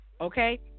okay